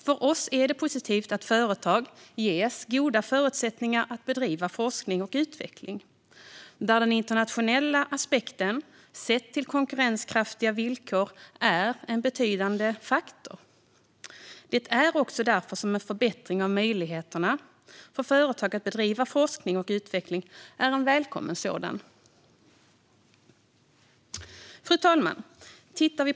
För oss är det positivt att företag ges goda förutsättningar att bedriva forskning och utveckling, där den internationella aspekten, sett till konkurrenskraftiga villkor, är en betydande faktor. Det är också därför en förbättring av möjligheterna för företag att bedriva forskning och utveckling är välkommen. Fru talman!